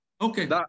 Okay